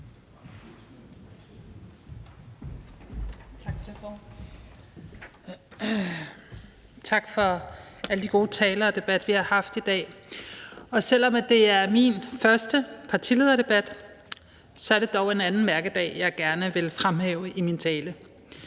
Tak for alle de gode taler og al den gode debat, vi har haft i dag. Selv om det er min første partilederdebat, er det dog en anden mærkedag, jeg gerne vil fremhæve i min tale.